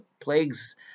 plagues